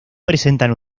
presentan